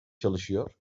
çalışıyor